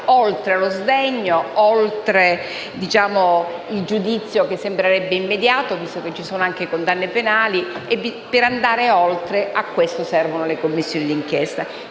oltre lo sdegno, oltre il giudizio, che sembrerebbe immediato, visto che ci sono anche condanne penali, e proprio a questo, per andare oltre, servono le Commissioni di inchiesta.